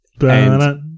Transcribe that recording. And-